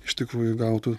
iš tikrųjų gautų